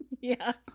Yes